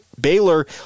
Baylor